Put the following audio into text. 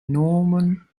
norman